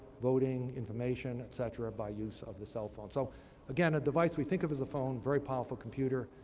voting, information, et cetera by use of the cell phone. so again, a device we think of as a phone, very powerful computer,